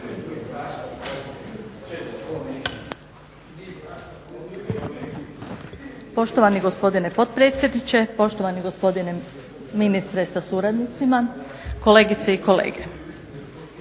Poštovani gospodine potpredsjedniče, poštovani gospodine ministre sa suradnicima, kolegice i kolege.